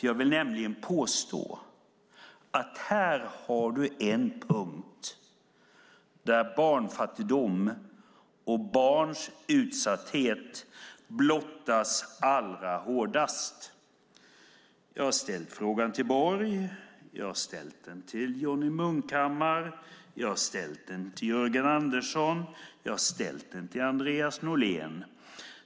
Jag vill nämligen påstå att här har du en punkt där barnfattigdom och barns utsatthet blottas allra hårdast. Jag har ställt frågan till Borg. Jag har ställt den till Johnny Munkhammar. Jag har ställt den till Jörgen Andersson. Jag har ställt den till Andreas Norlén.